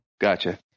Gotcha